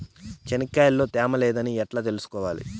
చెనక్కాయ లో తేమ లేదని ఎట్లా తెలుసుకోవాలి?